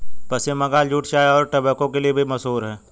पश्चिम Bengal jute चाय और tobacco के लिए भी मशहूर है